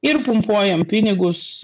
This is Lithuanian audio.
ir pumpuojam pinigus